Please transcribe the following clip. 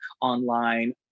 online